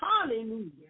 Hallelujah